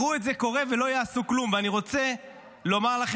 יראו את זה קורה ולא יעשו כלום.